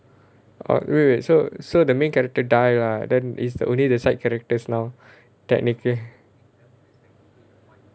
oh wait wait wait so so the main character die lah then is the only the side characters now technically